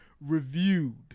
reviewed